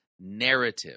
narrative